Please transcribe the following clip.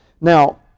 Now